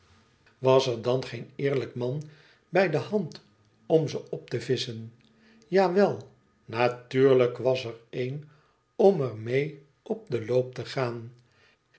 was er dan geen eerlijk man bij de hand om ze op te visschen ja weu natuurlijk was er een om er mee op den loop te gaan